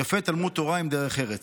יפה תלמוד תורה עם דרך ארץ.